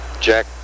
Jack